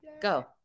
Go